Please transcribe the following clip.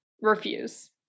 Refuse